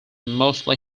mostly